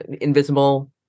invisible